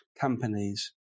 companies